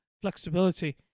flexibility